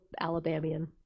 Alabamian